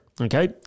okay